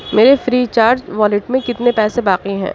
میرے Freecharge wallet میں کتنے پیسے باقی ہیں